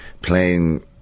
playing